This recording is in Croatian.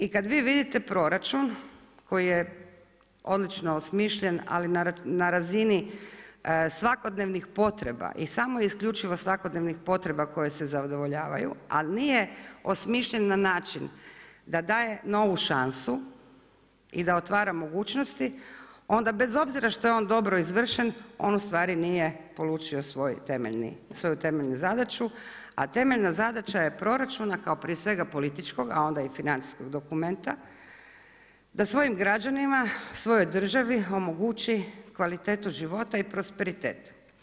I kad vi vidite proračun koji je odlično osmišljen, ali na razini svakodnevnih potreba i samo i isključivo svakodnevnih potreba koje se zadovoljavaju, a nije osmišljen na način da daje novu šansu i da otvara mogućnosti onda bez obzira što je on dobro izvršen on u stvari nije polučio svoju temeljnu zadaću, a temeljna zadaća je proračun, a kao prije svega političkog, a onda i financijskog dokumenta da svojim građanima, svojoj državi omogući kvalitetu života i prosperitet.